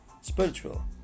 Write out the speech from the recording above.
spiritual